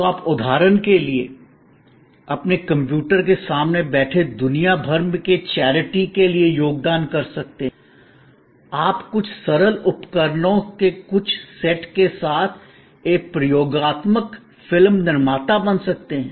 तो आप उदाहरण के लिए अपने कंप्यूटर के सामने बैठे दुनिया भर के चैरिटी के लिए योगदान कर सकते हैं आप कुछ सरल उपकरणों के कुछ सेट के साथ एक प्रयोगात्मक फिल्म निर्माता बन सकते हैं